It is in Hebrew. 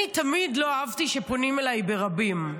אני תמיד לא אהבתי שפונים אליי ברבים,